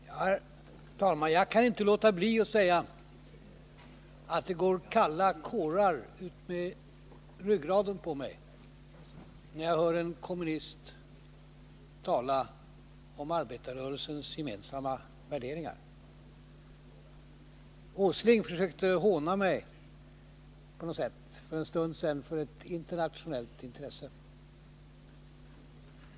Herr talman! Jag kan inte låta bli att säga att det går kalla kårar utmed ryggraden på mig, när jag hör en kommunist tala om arbetarrörelsens gemensamma värderingar. Nils Åsling försökte håna mig på något sätt för en stund sedan för ett internationellt intresse.